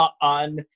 on